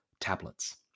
tablets